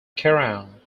kerrang